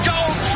Gold